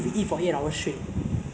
err mister darryl david